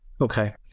Okay